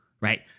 right